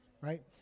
right